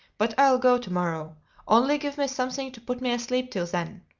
but i'll go to-morrow only give me something to put me asleep till then.